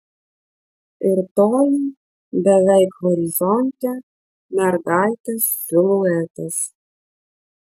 ir toli beveik horizonte mergaitės siluetas